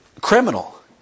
criminal